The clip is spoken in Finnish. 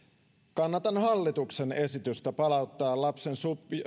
kannatan hallituksen esitystä palauttaa lapsen